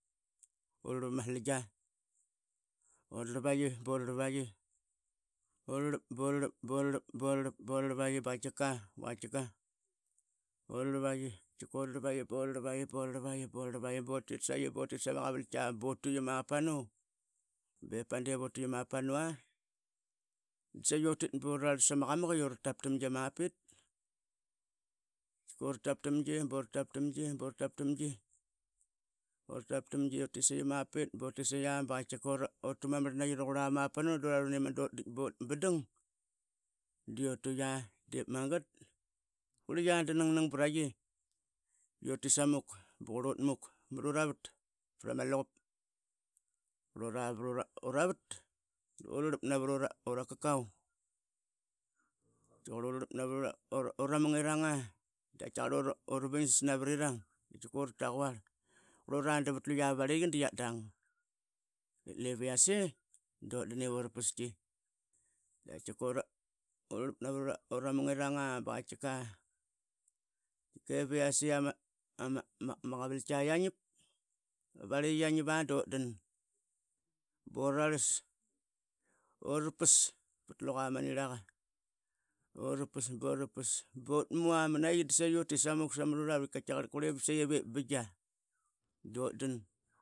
Urarlap ama slingi urarlavaiqi, burarlavaiqi, burarlap, burarlap, burarlap, burarlap burarlavaiqi. Bakatkika, bakatkika urarlaviqi, tkikararlavaiqi burarlavaiqi, burarlavaiqi, burarlavaiqi butit saiqi butit sama qavallkia butuqi mapanau. Bipadep utuqia mapanau. Da saiqi utit buraratas amaqamak Yuratap tamgi, ama pit urtaptamgi burtaptamgi, burtaptamgi, urtaptamgi yutit saiqi mapit, utitsaiqia but u mamarl naiqi ranqura mapanu durarun imudu rariap butu, di yutuya. Dip magat qurlia da nangnang braiqi, utit samuk qurlot muk muru ra vat prama inqup. qrlora mara vat urarlap navrora kakau, tkiakar urarlap navat ura mungirang, dura bingsas navarirang tkiakar ura taquar qrlora davat luya mavarliqi diatdang. Lep yase dutdan ivurapas tki, da katkika urarlap navara uramungirang bakatkika biase iama qavalai qiangap varliqi iangap a dutdan buralas yurapas pat luqr ma niraka burapas burapas butmna manaiqi dutit samuq samruravat ip saiqi bingia dutdan.